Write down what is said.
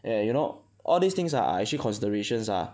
yeah you know all these things ah are actually considerations ah